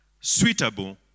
suitable